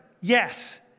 yes